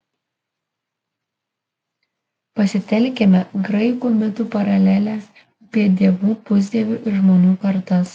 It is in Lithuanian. pasitelkime graikų mitų paralelę apie dievų pusdievių ir žmonių kartas